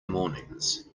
mornings